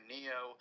Neo